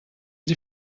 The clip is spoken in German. sie